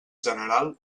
general